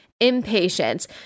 impatience